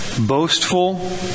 boastful